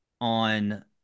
on